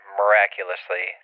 miraculously